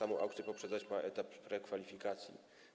Aukcje poprzedzać ma etap prekwalifikacji.